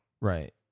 Right